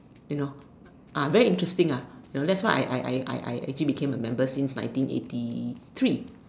you know ah very interesting ah you know that's why I I I I I actually became a member since nineteen eighty three